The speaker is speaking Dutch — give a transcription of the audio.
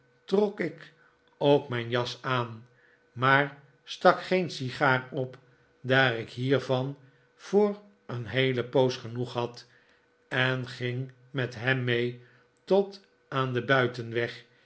trok ik ook mijn jas aan maar stak geen sigaar op daar ik hiervan voor een heele poos genoeg had en ging met hem mee tot aan den buitenweg